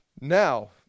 now